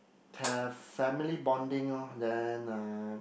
have family bonding lor then uh